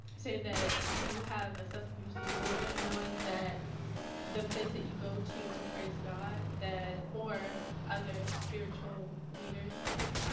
say that you do have a substance use disorder knowing that the place that you go to to praise god or other spiritual leaders, i think,